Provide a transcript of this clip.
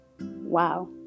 Wow